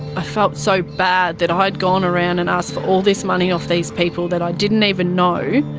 i felt so bad that i'd gone around and asked for all this money off these people that i didn't even know.